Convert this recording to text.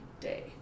day